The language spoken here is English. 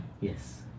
Yes